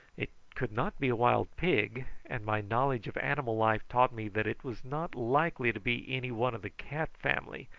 it could not be a wild pig, and my knowledge of animal life taught me that it was not likely to be any one of the cat family,